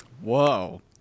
Whoa